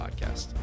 podcast